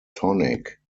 tonic